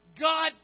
God